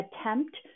attempt